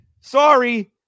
sorry